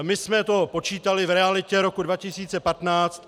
My jsme to počítali v realitě roku 2015.